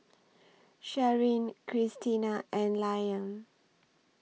Sharyn Krystina and Liam